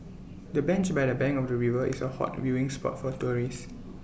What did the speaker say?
the bench by the bank of the river is A hot viewing spot for tourists